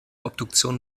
obduktion